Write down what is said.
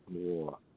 more